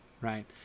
right